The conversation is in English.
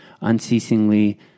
unceasingly